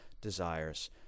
desires